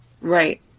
Right